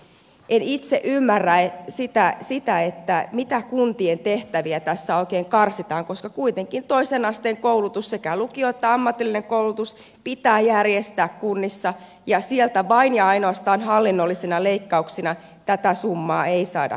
en itse ymmärrä sitä mitä kuntien tehtäviä tässä oikein karsitaan koska kuitenkin toisen asteen koulutus sekä lukio että ammatillinen koulutus pitää järjestää kunnissa ja sieltä vain ja ainoastaan hallinnollisina leikkauksina tätä summaa ei saada juostua kasaan